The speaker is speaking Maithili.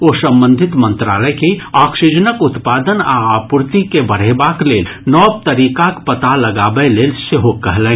ओ संबंधित मंत्रालय के ऑक्जीनक उत्पादन आ आपूर्ति के बढ़ेबाक लेल नव तरीकाक पता लगाबय लेल सेहो कहलनि